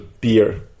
beer